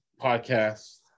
podcast